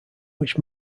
which